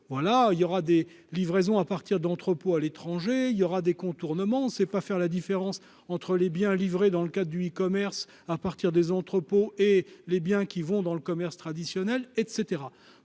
il y aura des livraisons à partir d'entrepôt à l'étranger, il y aura des contournements c'est pas faire la différence entre les biens livrés dans le cas du E-commerce à partir des entrepôts et les biens qui vont dans le commerce traditionnel, et